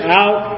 out